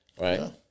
Right